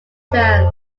terms